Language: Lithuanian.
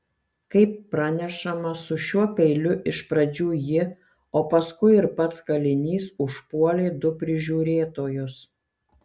kaip pranešama su šiuo peiliu iš pradžių ji o paskui ir pats kalinys užpuolė du prižiūrėtojus